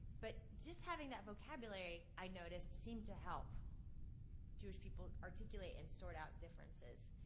but just having that vocabulary, i noticed, seemed to help jewish people articulate and sort out differences.